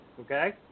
Okay